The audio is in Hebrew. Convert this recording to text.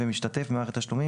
ו"משתתף" במערכת תשלומים,